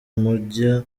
umujyo